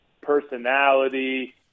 personality